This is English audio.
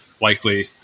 likely